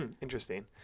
Interesting